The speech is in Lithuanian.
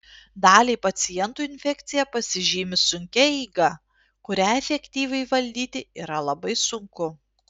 daliai pacientų infekcija pasižymi sunkia eiga kurią efektyviai valdyti yra labai sunku